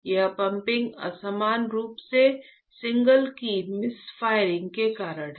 यह पंपिंग असमान रूप से सिग्नल की मिसफायरिंग के कारण है